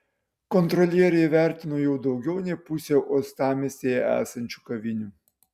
kontrolieriai įvertino jau daugiau nei pusę uostamiestyje esančių kavinių